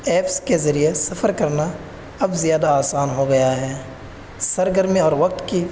apps کے ذریعے سفر کرنا اب زیادہ آسان ہو گیا ہے سرگرمی اور وقت کی